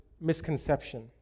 misconception